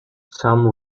some